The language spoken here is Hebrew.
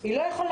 היא לא יכולה.